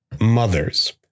mothers